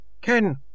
Ken